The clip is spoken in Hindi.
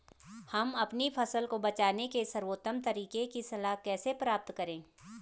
हम अपनी फसल को बचाने के सर्वोत्तम तरीके की सलाह कैसे प्राप्त करें?